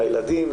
לילדים,